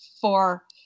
for-